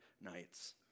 nights